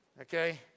Okay